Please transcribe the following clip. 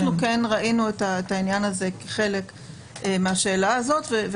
אנחנו כן ראינו את העניין הזה כחלק מהשאלה הזאת.